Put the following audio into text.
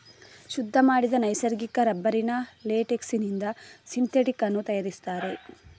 ಶುದ್ಧ ಮಾಡಿದ ನೈಸರ್ಗಿಕ ರಬ್ಬರಿನ ಲೇಟೆಕ್ಸಿನಿಂದ ಸಿಂಥೆಟಿಕ್ ಅನ್ನು ತಯಾರಿಸ್ತಾರೆ